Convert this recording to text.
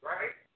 Right